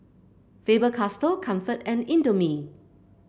Faber Castell Comfort and Indomie